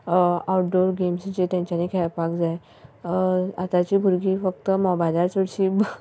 outdoor games जे जे तेंच्यानी खेळपाक जाय आतांचीं भुरगीं फक्त मॉबायलार चडशीं